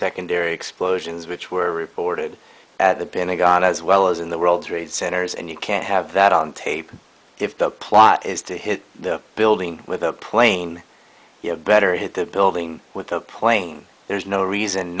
secondary explosions which were reported at the pentagon as well as in the world trade centers and you can't have that on tape if the plot is to hit the building with the plane you have better hit the building with a plane there is no reason